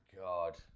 god